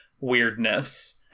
weirdness